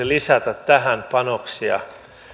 lisätä tähän panoksia